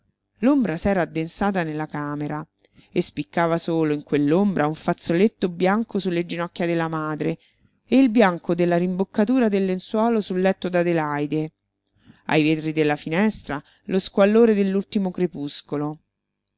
l'ombra s'era addensata nella camera e spiccava solo in quell'ombra un fazzoletto bianco sulle ginocchia della madre e il bianco della rimboccatura del lenzuolo sul letto d'adelaide ai vetri della finestra lo squallore dell'ultimo crepuscolo